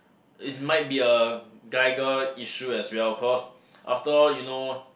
it's might be a guy girl issue as well cause after all you know